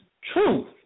truth